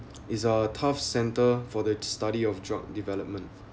is a tough center for the st~ study of drug development